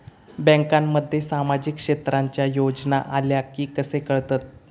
बँकांमध्ये सामाजिक क्षेत्रांच्या योजना आल्या की कसे कळतत?